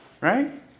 right